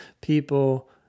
people